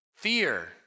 Fear